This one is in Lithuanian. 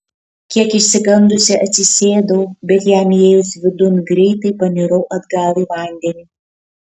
kiek išsigandusi atsisėdau bet jam įėjus vidun greitai panirau atgal į vandenį